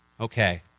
Okay